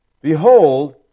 Behold